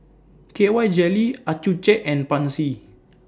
K Y Jelly Accucheck and Pansy